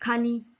खाली